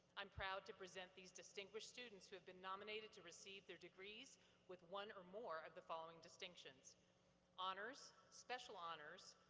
i'm proud to present these distinguished students who have been nominated to receive their degrees with one or more of the following distinctions honors, special honors,